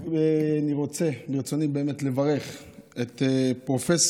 ברצוני באמת לברך את פרופ'